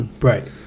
Right